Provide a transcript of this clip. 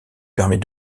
permet